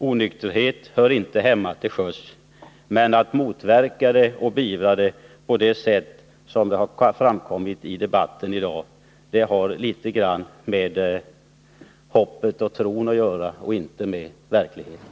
Onykterhet hör inte hemma till sjöss, men att man skulle kunna motverka och beivra den på det sätt som har föreslagits i debatten i dag har mera att göra med hopp och tro än med verkligheten.